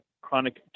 Chronic